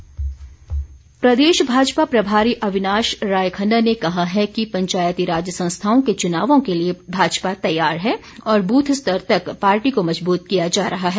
भाजपा प्रदेश भाजपा प्रभारी अविनाश राय खन्ना ने कहा है कि पंचायतीराज संस्थाओं के चुनावों के लिए भाजपा तैयार है और बूथ स्तर तक पार्टी को मजबूत किया जा रहा है